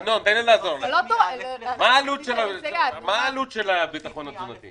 שאול, מה העלות של הביטחון התזונתי?